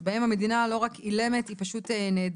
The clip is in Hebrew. ובהם המדינה לא רק אילמת, היא פשוט נעדרת.